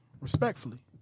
respectfully